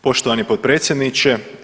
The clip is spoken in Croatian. Poštovani potpredsjedniče.